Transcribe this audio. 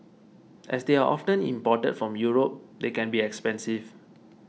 as they are often imported from Europe they can be expensive